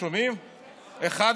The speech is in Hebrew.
אגב,